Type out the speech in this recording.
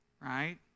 Right